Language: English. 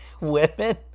women